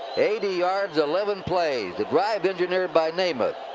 eighty yards. eleven plays. the drive engineered by namath.